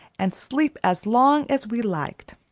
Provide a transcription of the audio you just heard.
and sleep as long as we liked.